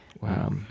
Wow